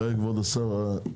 כבוד השר,